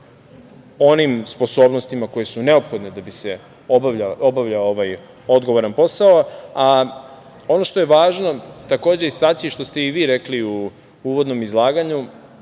onim sposobnostima koje su neophodne da bi se obavljao ovaj odgovoran posao. Ono što je važno istaći, što ste i vi rekli u uvodnom izlaganju,